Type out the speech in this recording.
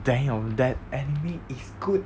damn that enemy is good